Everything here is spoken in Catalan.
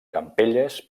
campelles